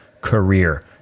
career